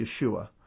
Yeshua